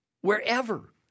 wherever